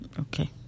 Okay